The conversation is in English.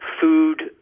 food